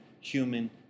human